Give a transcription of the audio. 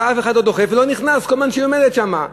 אף אחד לא דוחף ולא נכנס כל זמן שהיא עומדת שם.